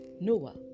Noah